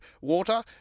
water